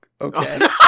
Okay